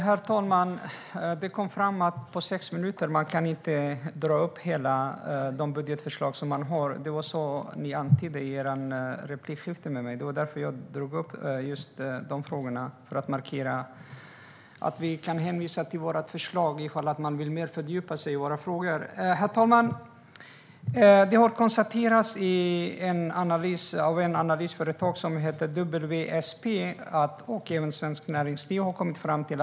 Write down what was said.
Herr talman! Nu kom det fram att man på sex minuter inte kan dra upp alla de budgetförslag man har. Det var det du antydde i ditt replikskifte med mig, Karin Svensson Smith. Jag tog upp detta för att markera att vi kan hänvisa till vårt förslag om man vill fördjupa sig mer i våra frågor. Herr talman! Det har konstaterats i en analys av analysföretaget WSP att uppemot 10 000 jobb kommer att försvinna med flygskatten.